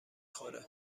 خوره